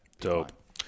Dope